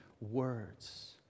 words